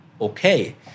okay